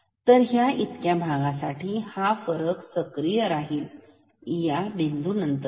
तर ह्या इतक्या भागासाठी हा फरक सक्रिय राहील ह्या बिंदू नंतरही